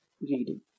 reading